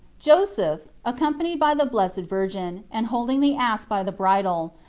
joseph, accom panied by the blessed virgin, and holding the ass by the bridle,